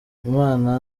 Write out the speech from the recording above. imana